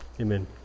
Amen